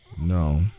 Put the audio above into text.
No